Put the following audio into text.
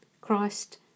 Christ